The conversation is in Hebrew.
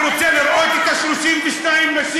אני רוצה לראות את 32 הנשים.